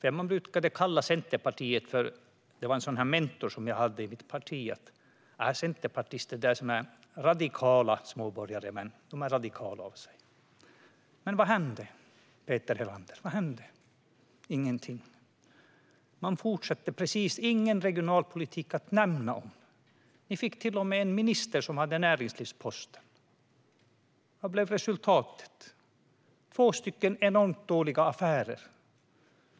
En mentor som jag hade i partiet tidigare sa till mig att centerpartister brukade kallas för radikala småborgare. Men vad hände, Peter Helander? Ingenting. Man fortsatte som vanligt, och det var ingen regionalpolitik att tala om. Ni fick till och med en centerpartist på näringslivsposten, och vad blev resultatet? Två enormt dåliga affärer.